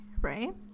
right